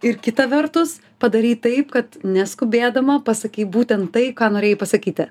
ir kita vertus padarei taip kad neskubėdama pasakei būtent tai ką norėjai pasakyti